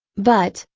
but,